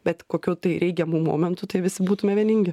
bet kokiu tai reikiamu momentu tai visi būtume vieningi